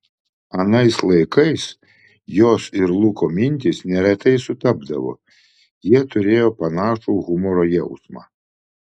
anais laikais jos ir luko mintys neretai sutapdavo jie turėjo panašų humoro jausmą